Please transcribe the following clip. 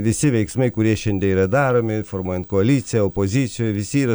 visi veiksmai kurie šiandie yra daromi formuojant koaliciją opozicijoj visi yra